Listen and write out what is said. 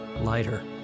lighter